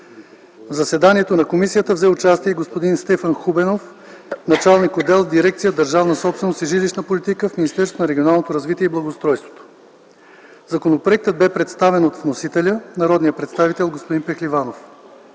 В заседанието на комисията взе участие и господин Стефан Хубенов – началник-отдел в дирекция „Държавна собственост и жилищна политика” в Министерство на регионалното развитие и благоустройството. Законопроектът бе представен от вносителя – народния представител господин Пехливанов.